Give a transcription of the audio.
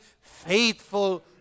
faithful